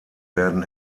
werden